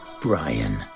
Brian